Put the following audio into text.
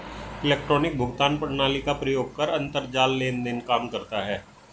electronic भुगतान प्रणाली का प्रयोग कर अंतरजाल लेन देन काम करता है